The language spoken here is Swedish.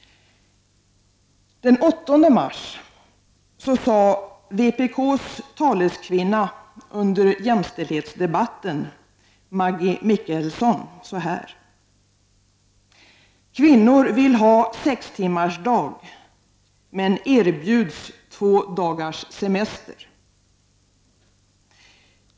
Den 8 mars sade vpk:s taleskvinna Maggi Mikaelsson under jämställdhetsdebatten att kvinnor vill ha sextimmarsdag men erbjuds två dagars semester.